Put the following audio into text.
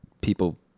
people